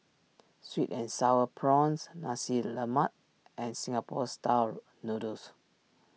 Sweet and Sour Prawns Nasi Lemak and Singapore Style Noodles